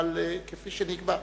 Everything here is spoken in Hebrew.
אבל כפי שנקבע,